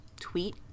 tweet